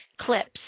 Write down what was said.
clips